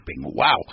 Wow